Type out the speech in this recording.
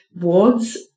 wards